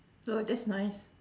oh just nice